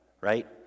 right